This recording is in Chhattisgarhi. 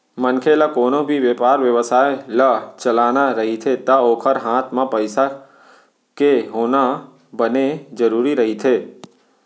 मनखे ल कोनो भी बेपार बेवसाय ल चलाना रहिथे ता ओखर हात म पइसा के होना बने जरुरी रहिथे